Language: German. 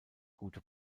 gute